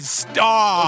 star